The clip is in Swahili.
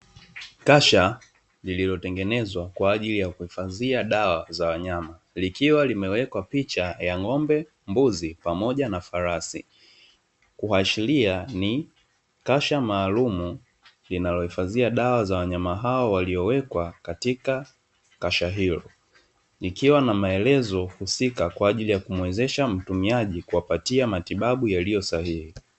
Kasha lililotengenezwa kwaajili ya kuhifadhia dawa za wanyama likiwa imewekwa picha ya: ng'ombe, mbuzi pamoja na farasi kuashiria ni kasha maalumu linalo hifadhia dawa za wanyama hao waliowekwa katika kasha hilo, ikiwa na maelezo husika kwa ajili ya kumuwezesha mtumiaji kuwapatia matibabu yaliyo sahihi.